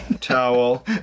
Towel